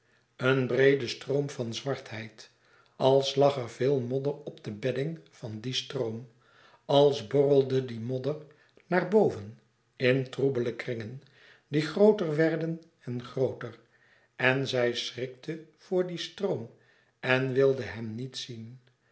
een breede stroom van zwartheid als lag er veel modder op de bedding van dien stroom als borrelde die modder naar boven in troebele kringen die grooter werden en grooter en zij schrikte voor dien stroom en wilde hem niet zien